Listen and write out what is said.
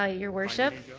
ah your worship.